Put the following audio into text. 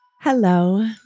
Hello